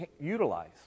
utilize